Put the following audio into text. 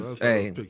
hey